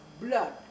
blood